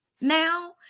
now